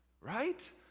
Right